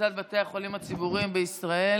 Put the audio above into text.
קריסת בתי החולים הציבוריים בישראל,